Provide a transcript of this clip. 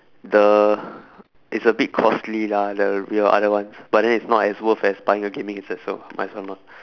the it's a bit costly lah the real other ones but then it's not as worth as buying a gaming headset so might as well not